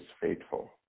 faithful